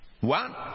One